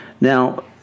Now